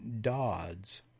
Dodds